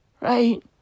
Right